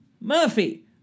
Murphy